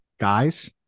guys